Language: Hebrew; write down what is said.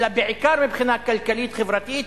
אלא בעיקר מבחינה כלכלית-חברתית,